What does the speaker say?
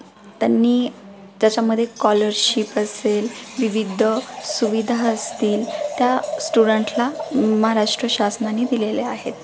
त्यांनी त्याच्यामध्ये कॉलरशिप असेल विविध सुविधा असतील त्या स्टुडंटला महाराष्ट्र शासनाने दिलेल्या आहेत